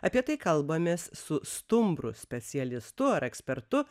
apie tai kalbamės su stumbru specialistu ar ekspertu